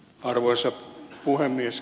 arvoisa puhemies